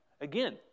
Again